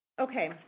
Okay